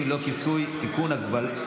ביטחון לאומי.